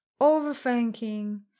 Overthinking